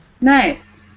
Nice